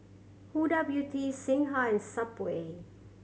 Huda Beauty Singha and Subway